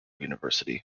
university